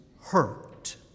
hurt